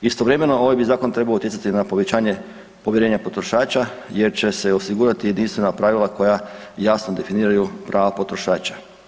Istovremeno ovaj bi zakon trebao utjecati na povećanje povjerenja potrošača jer će se osigurati jedinstvena pravila koja jasno definiraju prava potrošača.